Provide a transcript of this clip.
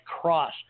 cross